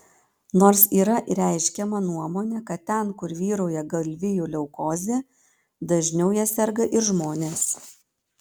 nors yra reiškiama nuomonė kad ten kur vyrauja galvijų leukozė dažniau ja serga ir žmonės